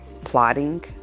plotting